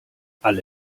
alle